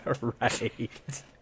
Right